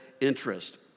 interest